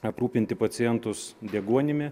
aprūpinti pacientus deguonimi